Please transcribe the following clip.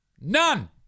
None